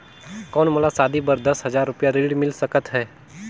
कौन मोला शादी बर दस हजार रुपिया ऋण मिल सकत है?